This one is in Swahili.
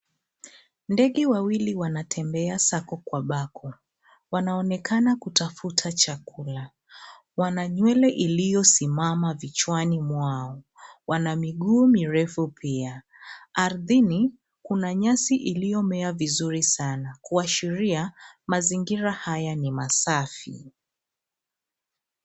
Ndege wawili wanatembea sako kwa bako kwa bako. Wanaonekana kutafuta chakula. Wana nywele iliyosimama vichwani mwao. Wana miguu mirefu pia. Ardhini, kuna nyasi iliyomea vizuri sana, kuashiria mazingira haya ni masafi.